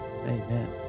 amen